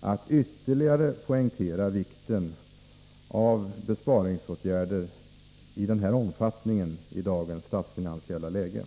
att ytterligare poängtera vikten av besparingsåtgärder i den här omfattningen i dagens statsfinansiella läge.